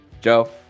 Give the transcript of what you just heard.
Joe